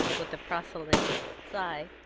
with a proselyting sigh,